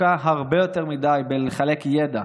שעסוקה הרבה יותר מדי בלחלק ידע,